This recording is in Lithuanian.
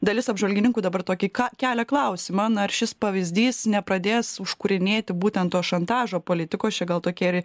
dalis apžvalgininkų dabar tokį ką kelia klausimą na ar šis pavyzdys nepradės užkūrinėti būten to šantažo politikos čia gal tokie ir